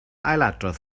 ailadrodd